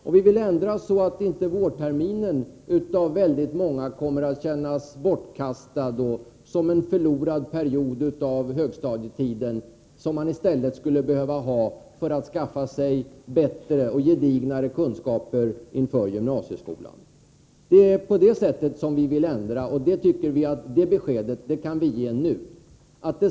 Och vi vill ändra så att inte vårterminen av väldigt många kommer att kännas som bortkastad och som en förlorad period av högstadietiden — som man i stället skulle behöva ha för att skaffa sig bättre och gedignare kunskaper för gymnasieskolan. Det är på det sättet som vi vill ändra, och det beskedet kan vi ge nu.